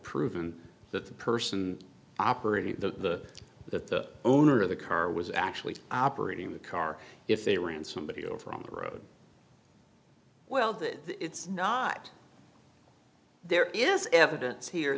proven that the person operating the the owner of the car was actually operating the car if they were in somebody over on the road well that it's not there is evidence here